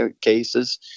cases